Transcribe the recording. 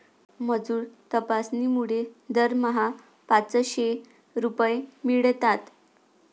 मजूर तपासणीमुळे दरमहा पाचशे रुपये मिळतात